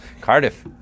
Cardiff